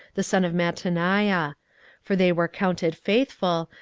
the son of mattaniah for they were counted faithful,